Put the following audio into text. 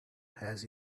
has